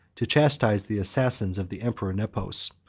to chastise the assassins of the emperor nepos,